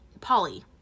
polly